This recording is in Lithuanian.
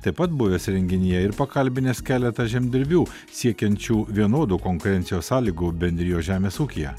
taip pat buvęs renginyje ir pakalbinęs keletą žemdirbių siekiančių vienodų konkurencijos sąlygų bendrijos žemės ūkyje